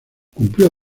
cumplió